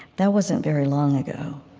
that wasn't very long ago